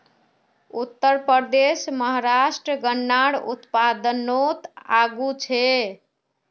उत्तरप्रदेश, महाराष्ट्र गन्नार उत्पादनोत आगू छे